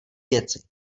věci